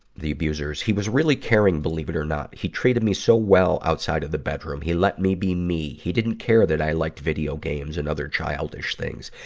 the abusers? he was really caring, believe it or not. he treated me so well outside of the bedroom. he let me be me. he didn't care that i liked video games and other childish things.